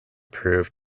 proved